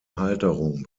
halterung